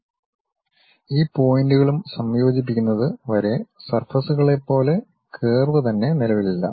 ഈ 4 പോയിന്റുകളും സംയോജിപ്പിക്കുന്നത് വരെ സർഫസ്കളെപ്പോലെ കർവ് തന്നെ നിലവിലില്ല